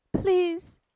please